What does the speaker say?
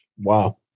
Wow